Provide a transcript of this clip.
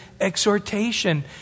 exhortation